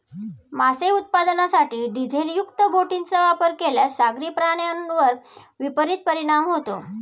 मासे उत्पादनासाठी डिझेलयुक्त बोटींचा वापर केल्यास सागरी प्राण्यांवर विपरीत परिणाम होतो